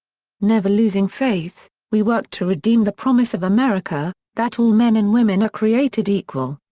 never losing faith, we worked to redeem the promise of america, that all men and women are created equal.